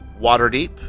Waterdeep